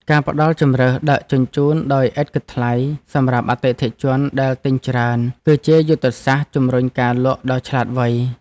ការផ្ដល់ជម្រើសដឹកជញ្ជូនដោយឥតគិតថ្លៃសម្រាប់អតិថិជនដែលទិញច្រើន គឺជាយុទ្ធសាស្ត្រជំរុញការលក់ដ៏ឆ្លាតវៃ។